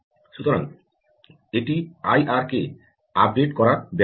সুতরাং এটি আইআরকে আপডেট করার ব্যবধান